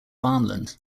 farmland